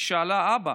היא שאלה: אבא,